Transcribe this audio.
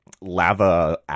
lava